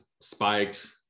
spiked